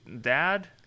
dad